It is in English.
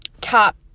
top